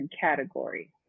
category